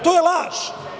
To je laž.